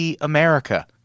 America